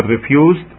refused